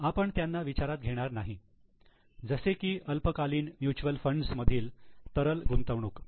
आपण त्यांना विचारात घेणार नाही जसे की अल्पकालीन म्युच्युअल फंड मधील तरल गुंतवणूक